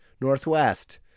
northwest